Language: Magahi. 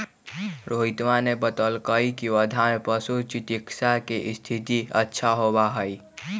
रोहितवा ने बतल कई की वर्धा में पशु चिकित्सा के स्थिति अच्छा होबा हई